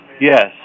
Yes